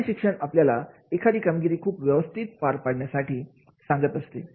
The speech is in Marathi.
असे शिक्षण आपल्याला एखादी कामगिरी खूप व्यवस्थित पद्धतीने पार पाडण्यासाठी सांगत असते